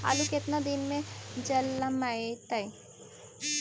आलू केतना दिन में जलमतइ?